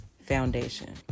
foundation